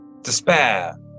Despair